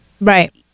right